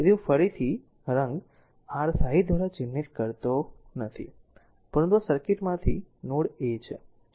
તેથી હું ફરીથી રંગ r શાહી દ્વારા ચિહ્નિત કરતો નથી પરંતુ આ સર્કિટમાંથી r નોડ એ છે